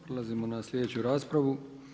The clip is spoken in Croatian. Prelazimo na sljedeću raspravu.